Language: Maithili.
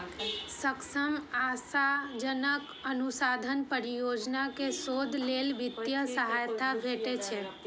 सबसं आशाजनक अनुसंधान परियोजना कें शोध लेल वित्तीय सहायता भेटै छै